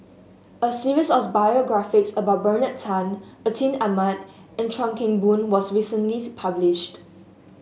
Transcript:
a series of biographies about Bernard Tan Atin Amat and Chuan Keng Boon was recently published